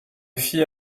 fie